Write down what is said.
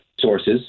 sources